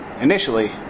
initially